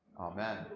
Amen